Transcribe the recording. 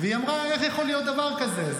והיא אמרה איך יכול להיות דבר כזה?